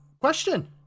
question